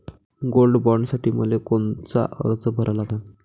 Gold बॉण्डसाठी मले कोनचा अर्ज भरा लागन?